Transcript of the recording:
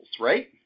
right